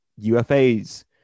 UFAs